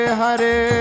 Hare